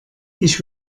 ich